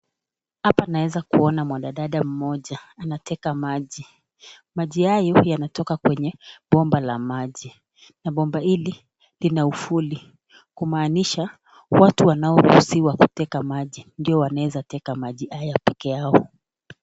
Hapa naeza kuona mwanadada mmoja, anateka maji. Maji hayo yanatoka kwenye bomb la maji, na bomba hili lina uvuli, kumaanisha watu wanaoruhusiwa kuteka maji ndio wanaeza teka maji haya pekee yao.